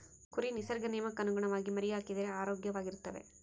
ಕುರಿ ನಿಸರ್ಗ ನಿಯಮಕ್ಕನುಗುಣವಾಗಿ ಮರಿಹಾಕಿದರೆ ಆರೋಗ್ಯವಾಗಿರ್ತವೆ